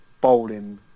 bowling